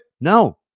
No